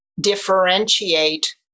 differentiate